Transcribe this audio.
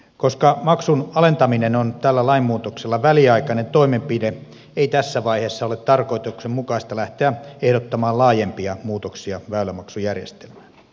koska maksun alentaminen on tällä lainmuutoksella väliaikainen toimenpide ei tässä vaiheessa ole tarkoituksenmukaista lähteä ehdottamaan laajempia muutoksia väylämaksujärjestelmään